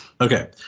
okay